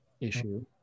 issue